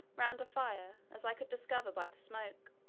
round a fire, as i could discover by the smoke.